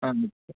ಹಾಂ ಸರ್